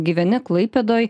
gyveni klaipėdoj